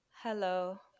Hello